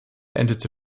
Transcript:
endete